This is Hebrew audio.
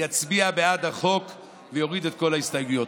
יצביע בעד החוק ויוריד את כל ההסתייגויות.